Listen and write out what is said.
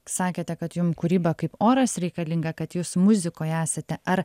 sakėte kad jum kūryba kaip oras reikalinga kad jūs muzikoj esate ar